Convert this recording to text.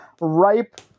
ripe